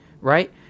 Right